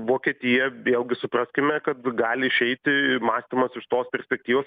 vokietija vėlgi supraskime kad gali išeiti mąstymas iš tos perspektyvos